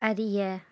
அறிய